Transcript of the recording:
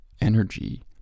energy